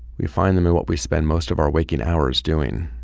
we find them in what we spend most of our waking hours doing